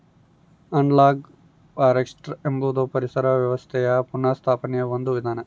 analogue forestry ಎಂಬುದು ಪರಿಸರ ವ್ಯವಸ್ಥೆಯ ಪುನಃಸ್ಥಾಪನೆಯ ಒಂದು ವಿಧಾನ